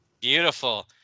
Beautiful